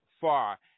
far